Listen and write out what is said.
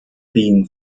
being